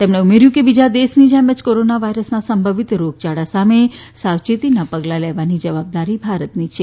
તેમણે ઉમેર્યું હતું કે બીજા દેશોની જેમ જ કોરોના વાયરસના સંભવીત રોગયાળા સામે સાવચેતીના પગલાં લેવાની જવાબદારી ભારતની છે